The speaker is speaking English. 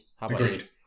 Agreed